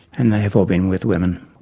and they have all been with women.